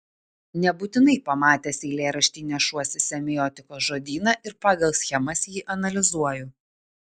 nebūtinai pamatęs eilėraštį nešuosi semiotikos žodyną ir pagal schemas jį analizuoju